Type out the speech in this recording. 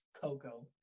Coco